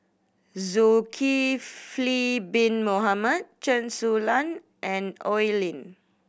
Zulkifli Bin Mohamed Chen Su Lan and Oi Lin